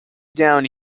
down